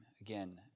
again